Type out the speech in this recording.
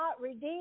redeemed